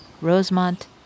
Rosemont